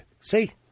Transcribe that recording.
See